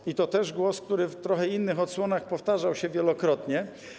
I to też głos, który w trochę innych odsłonach powtarzał się wielokrotnie.